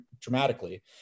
dramatically